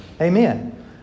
Amen